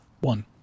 One